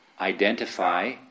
identify